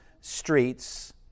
streets